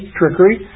trickery